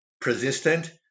persistent